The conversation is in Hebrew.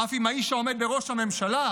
אף אם האיש שעומד בראש הממשלה"